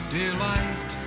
delight